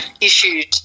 issued